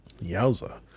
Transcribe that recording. Yowza